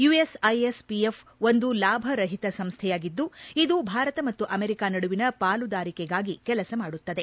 USISPF ಒಂದು ಲಾಭರಹಿತ ಸಂಸ್ಥೆಯಾಗಿದ್ದು ಇದು ಭಾರತ ಮತ್ತು ಅಮೆರಿಕಾ ನಡುವಿನ ಪಾಲುದಾರಿಕೆಗಾಗಿ ಕೆಲಸ ಮಾಡುತ್ತದೆ